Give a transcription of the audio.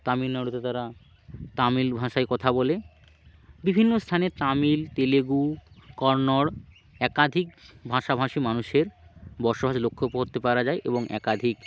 তামিলনাড়ুতে তারা তামিল ভাষায় কথা বলে বিভিন্ন স্থানে তামিল তেলেগু কন্নড় একাধিক ভাষাভাষী মানুষের বসবাস লক্ষ্য পড়তে পারা যায় এবং একাধিক